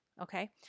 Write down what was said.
okay